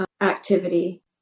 activity